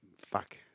Fuck